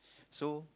so